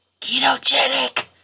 ketogenic